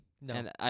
No